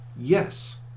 yes